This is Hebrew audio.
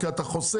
כי אתה חוסך